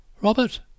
Robert